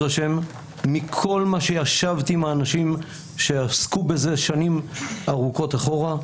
מכל מה שישבתי עם האנשים שעסקו בזה שנים ארוכות אחורה,